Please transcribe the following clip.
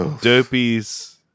dopey's